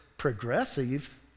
progressive